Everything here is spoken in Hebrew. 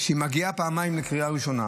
כי היא מגיעה פעמיים לקריאה ראשונה,